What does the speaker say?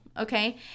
Okay